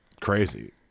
crazy